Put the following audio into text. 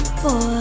boy